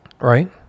right